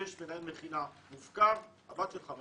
אם יש מנהל מכינה מופקר, הבת שלך מתה.